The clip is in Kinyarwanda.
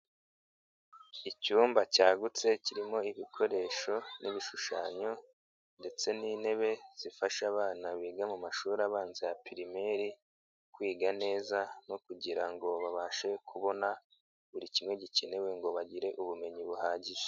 Icyumba cyagutse kirimo ibikoresho n'ibishushanyo ndetse n'intebe zifasha abana biga mu mashuri abanza ya primary kwiga neza no kugira ngo babashe kubona buri kimwe gikenewe ngo bagire ubumenyi buhagije.